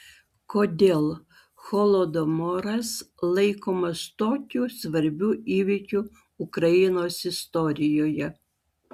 kodėl holodomoras laikomas tokiu svarbiu įvykiu ukrainos istorijoje